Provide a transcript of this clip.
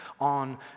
on